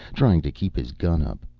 trying to keep his gun up.